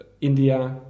India